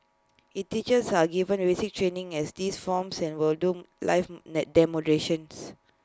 IT teachers are given training as these forms and will do live demonstrations